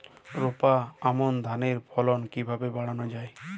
রোপা আমন ধানের ফলন কিভাবে বাড়ানো যায়?